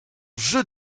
jeu